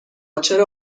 چرا